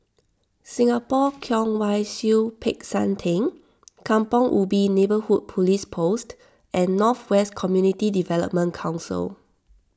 Singapore Kwong Wai Siew Peck San theng Kampong Ubi Neighbourhood Police Post and North West Community Development Council